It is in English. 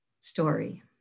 story